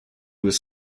was